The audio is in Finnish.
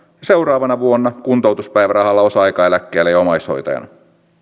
seuraavana vuonna kuntoutuspäivärahalla osa aikaeläkkeellä ja omaishoitajana